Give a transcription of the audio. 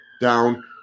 Down